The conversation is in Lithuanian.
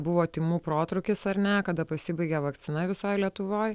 buvo tymų protrūkis ar ne kada pasibaigė vakcina visoj lietuvoj